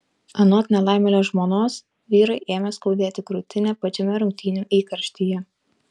anot nelaimėlio žmonos vyrui ėmė skaudėti krūtinę pačiame rungtynių įkarštyje